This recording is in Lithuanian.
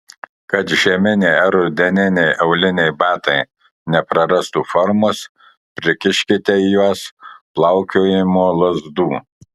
kad žieminiai ar rudeniniai auliniai batai neprarastų formos prikiškite į juos plaukiojimo lazdų